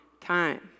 time